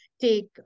take